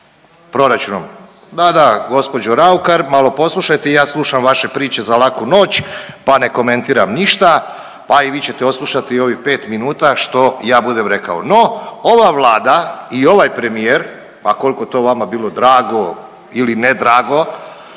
proračunom. Da, da gospođo Raukar, malo poslušajte. I ja slušam vaše priče za laku noć, pa ne komentiram ništa. Pa i vi ćete odslušati ovih 5 minuta što ja budem rekao. No, ova Vlada i ovaj premijer pa koliko to vama bilo drago ili ne drago